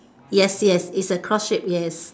yes yes it's a cross shape yes